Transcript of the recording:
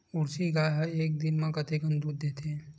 Jersey गाय ह एक दिन म कतेकन दूध देथे?